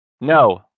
No